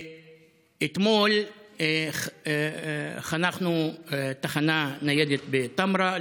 אתמול חנכנו תחנה ניידת בטמרה,